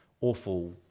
awful